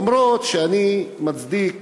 אומנם אני מצדיק,